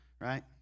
right